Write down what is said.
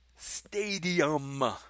stadium